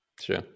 Sure